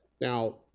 Now